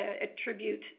attribute